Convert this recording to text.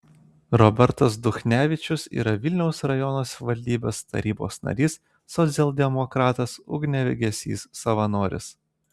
robertas duchnevičius yra vilniaus rajono savivaldybės tarybos narys socialdemokratas ugniagesys savanoris